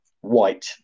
white